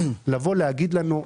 לבוא ולהגיד לנו היום,